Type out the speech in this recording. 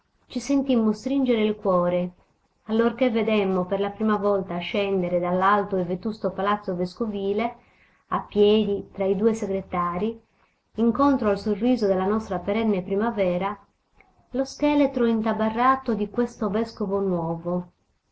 ci sentimmo stringere il cuore allorché vedemmo per la prima volta scendere dall'alto e vetusto palazzo vescovile a piedi tra i due segretarii incontro al sorriso della nostra perenne primavera lo scheletro intabarrato di questo vescovo nuovo